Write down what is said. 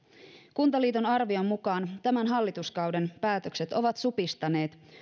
kuntaliiton arvion mukaan tämän hallituskauden päätökset ovat supistaneet